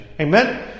Amen